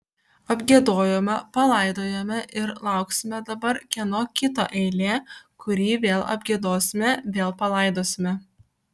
apgiedojome palaidojome ir lauksime dabar kieno kito eilė kurį vėl apgiedosime vėl palaidosime